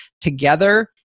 together